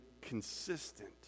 consistent